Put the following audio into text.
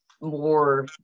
more